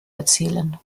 erzählen